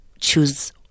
choose